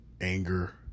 anger